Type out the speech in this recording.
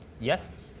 Yes